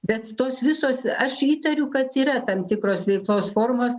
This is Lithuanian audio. bet tos visos aš įtariu kad yra tam tikros veiklos formos